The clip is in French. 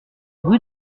rue